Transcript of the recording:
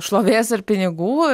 šlovės ir pinigų